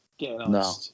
No